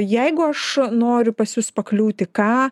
jeigu aš noriu pas jus pakliūti ką